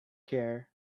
care